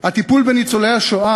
הטיפול בניצולי השואה,